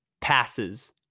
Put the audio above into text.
passes